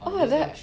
why like that